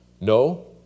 No